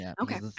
okay